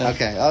Okay